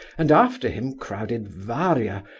and after him crowded varia,